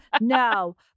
No